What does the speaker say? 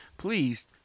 Please